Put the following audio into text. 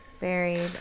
Buried